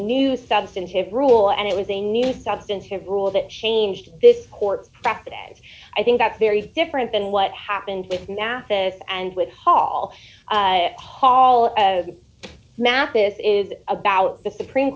new substantive rule and it was a new substantive rule that changed this court practice i think that's very different than what happened with snafus and with hall hall as mathis is about the supreme